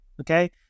okay